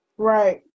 Right